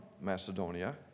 Macedonia